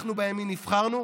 אנחנו בימין נבחרנו,